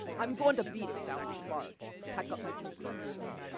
i'm goin' to beat it down to the barge pack up me duds and blow.